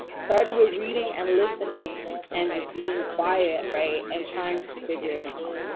started with reading and listening and just being quiet. right. and trying to figure it out.